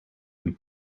een